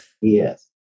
Yes